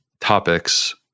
topics